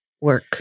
work